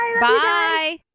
Bye